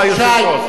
חבר הכנסת שי,